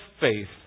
faith